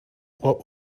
what